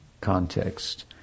context